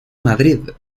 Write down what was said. madrid